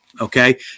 Okay